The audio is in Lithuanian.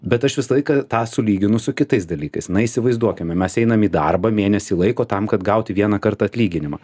bet aš visą laiką tą sulyginu su kitais dalykais na įsivaizduokime mes einam į darbą mėnesį laiko tam kad gauti vieną kartą atlyginimą